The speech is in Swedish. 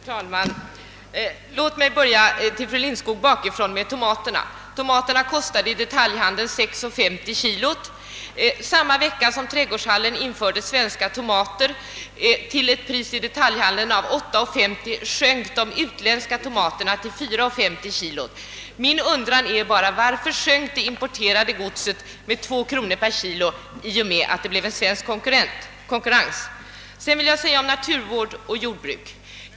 Herr talman! Låt mig börja bakifrån och säga till fru Lindskog att tomaterna i detaljhandeln i våras kostade 6 kronor 50 öre per kilo. Samma vecka som trädgårdshallen införde svenska tomater till ett pris av 8 kronor 50 öre per kilo i detaljhandeln sjönk priset på de utländska tomaterna till 4 kronor 50 öre per kilo. Min undran är bara: Varför sjönk den importerade varan med 2 kronor per kilo i och med att det blev svensk konkurrens? Vidare vill jag säga något om sambandet mellan naturvård och jordbruk.